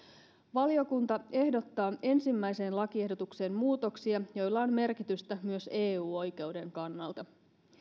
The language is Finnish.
valiokunta ehdottaa ensimmäiseen lakiehdotukseen muutoksia joilla on merkitystä myös eu oikeuden kannalta